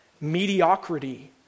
mediocrity